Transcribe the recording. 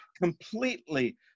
completely